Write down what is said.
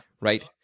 Right